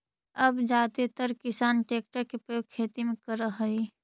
अब जादेतर किसान ट्रेक्टर के प्रयोग खेती में करऽ हई